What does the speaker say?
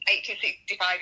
1865